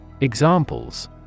Examples